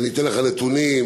ואתן לך נתונים: